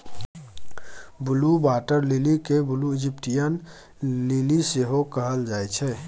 blue water lily केँ blue Egyptian lily सेहो कहल जाइ छै